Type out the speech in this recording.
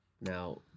Now